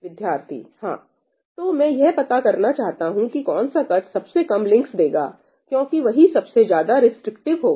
विद्यार्थी हां तो मैं यह पता करना चाहता हूं कि कौन सा कट सबसे कम लिंक्स देगा क्योंकि वही सबसे ज्यादा रिस्ट्रिक्टिव होगा